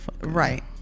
Right